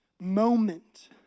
moment